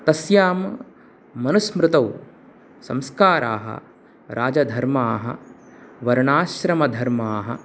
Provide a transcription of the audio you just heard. तस्यां मनुस्मृतौ संस्काराः राजधर्माः वर्णाश्रमधर्माः